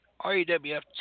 REWF